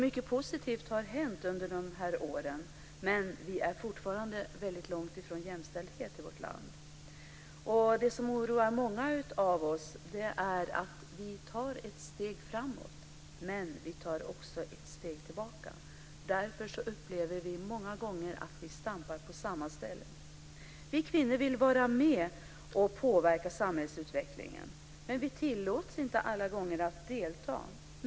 Mycket positivt har hänt under de här åren, men vi är fortfarande väldigt långt ifrån jämställdhet i vårt land. Det som oroar många av oss är att vi tar ett steg framåt, men vi tar också ett steg tillbaka. Därför upplever vi många gånger att vi stampar på samma ställe. Vi kvinnor vill vara med och påverka samhällsutvecklingen, men vi tillåts inte alla gånger att delta.